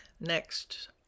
next